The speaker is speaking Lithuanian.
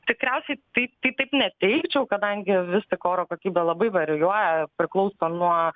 tikriausiai taip taip neteigčiau kadangi vis tik oro kokybė labai varijuoja priklauso nuo